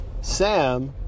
Sam